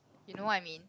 you know what I mean